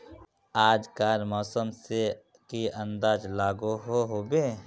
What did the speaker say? आज कार मौसम से की अंदाज लागोहो होबे?